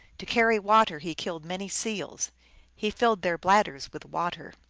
to carry water he killed many seals he filled their bladders with water.